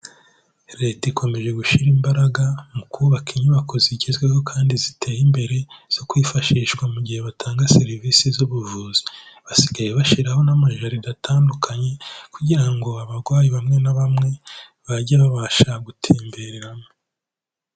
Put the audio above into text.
Leta ikomeje gushyira imbaraga mu kubaka inyubako zigezweho kandi ziteye imbere zo kwifashishwa mu gihe batanga serivisi z'ubuvuzi, basigaye bashyiraho n'amajaride atandukanye kugira ngo abarwayi bamwe na bamwe bajye babasha gutembereramo.